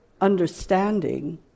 understanding